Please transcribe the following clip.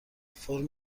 فرم